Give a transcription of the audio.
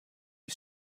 you